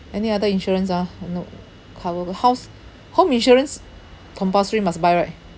any other insurance ah no cover house home insurance compulsory must buy right